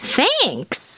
Thanks